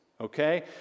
okay